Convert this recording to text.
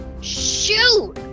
Shoot